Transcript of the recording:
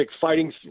fighting